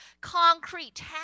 concrete